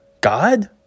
God